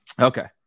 Okay